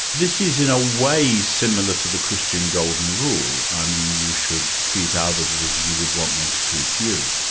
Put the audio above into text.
this is in a way similar to the christian golden rule. i mean, you should treat ah others others as you would want them to treat you.